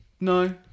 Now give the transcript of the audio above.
No